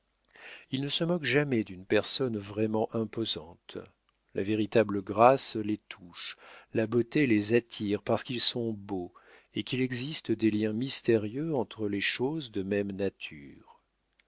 ils ne se moquent jamais d'une personne vraiment imposante la véritable grâce les touche la beauté les attire parce qu'ils sont beaux et qu'il existe des liens mystérieux entre les choses de même nature